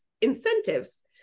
incentives